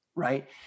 right